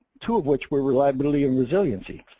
two of which were reliability and resiliency.